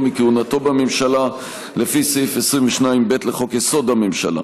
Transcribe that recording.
מכהונתו בממשלה לפי סעיף 22(ב) לחוק-יסוד הממשלה.